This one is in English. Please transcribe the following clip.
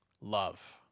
love